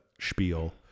spiel